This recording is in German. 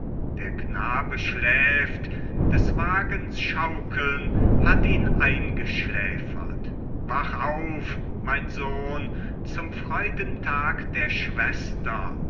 der knabe schläft der wagens schaukeln hat ihn eingeschläfert wach auf mein sohn zum freudentag der schwester